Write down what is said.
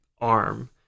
arm